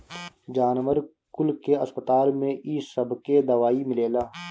जानवर कुल के अस्पताल में इ सबके दवाई मिलेला